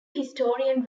historian